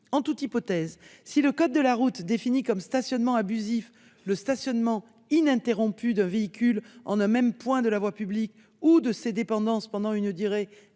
En toute hypothèse, si le code de la route définit comme abusif le stationnement ininterrompu d'un véhicule en un même point de la voie publique ou de ses dépendances pendant une durée